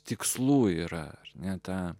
tikslų yra ne tą